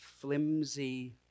flimsy